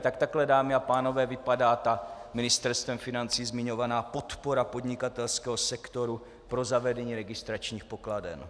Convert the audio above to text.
Tak takhle, dámy a pánové, vypadá ta Ministerstvem financí zmiňovaná podpora podnikatelského sektoru pro zavedení registračních pokladen.